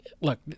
look